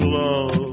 love